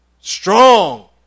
strong